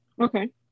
Okay